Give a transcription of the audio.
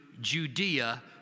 Judea